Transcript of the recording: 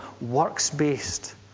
works-based